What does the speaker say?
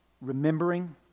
remembering